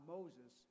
Moses